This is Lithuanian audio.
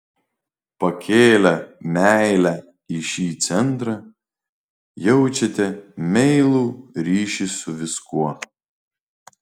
pakėlę meilę į šį centrą jaučiate meilų ryšį su viskuo